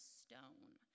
stone